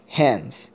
hands